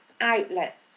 outlet